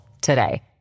today